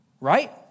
right